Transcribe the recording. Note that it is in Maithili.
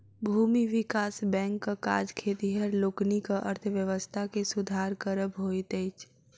भूमि विकास बैंकक काज खेतिहर लोकनिक अर्थव्यवस्था के सुधार करब होइत अछि